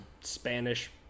Spanish